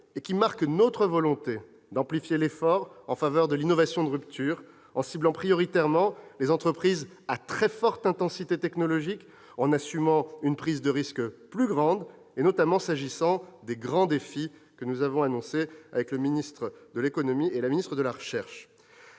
fonds marque notre volonté d'amplifier l'effort en faveur de l'innovation de rupture en ciblant prioritairement les entreprises à très forte intensité technologique, en assumant une prise de risque plus grande, notamment s'agissant des grands défis que nous avons annoncés, avec le ministre de l'économie et la ministre de la recherche.